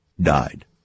died